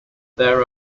there